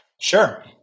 Sure